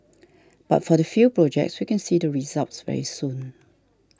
but for the few projects we can see the results very soon